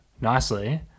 nicely